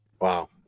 Wow